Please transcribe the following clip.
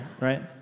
Right